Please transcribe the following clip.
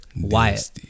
Wyatt